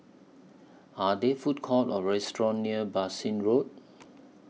Are There Food Courts Or restaurants near Bassein Road